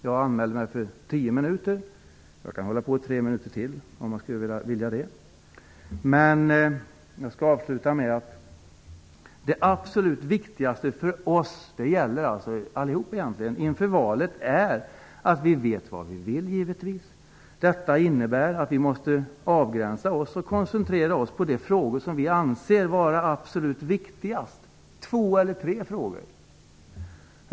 Det finns mycket att säga. Jag har anmält mig för tio minuter, och jag skulle kunna hålla på i ytterligare tre minuter. Det absolut viktigaste för oss inför valet är att vi vet vad vi vill. Det innebär att vi måste göra avgränsningar och koncentrera oss på de två eller tre frågor som vi anser vara viktigast.